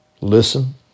Listen